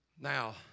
Now